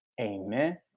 Amen